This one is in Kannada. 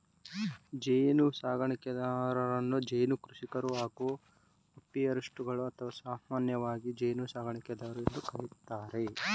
ಜೇನುಸಾಕಣೆದಾರರನ್ನು ಜೇನು ಕೃಷಿಕರು ಹಾಗೂ ಅಪಿಯಾರಿಸ್ಟ್ಗಳು ಅಥವಾ ಸಾಮಾನ್ಯವಾಗಿ ಜೇನುಸಾಕಣೆದಾರರು ಎಂದು ಕರಿತಾರೆ